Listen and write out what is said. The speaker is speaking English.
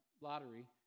lottery